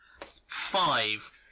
Five